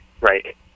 Right